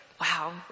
wow